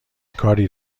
کاری